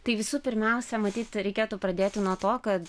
tai visų pirmiausia matyt reikėtų pradėti nuo to kad